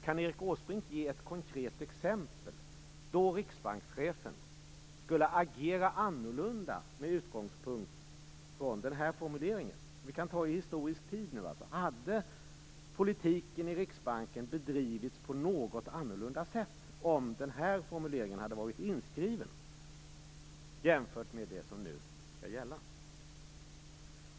Kan Erik Åsbrink ge ett konkret exempel då riksbankschefen skulle agera annorlunda med utgångspunkt från den här formuleringen. Vi kan ta det i historisk tid: Hade politiken i Riksbanken bedrivits på något annorlunda sätt om den här formuleringen hade varit inskriven jämfört med det som nu skall gälla?